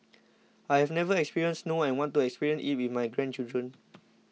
I have never experienced snow and want to experience it with my grandchildren